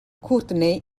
courtney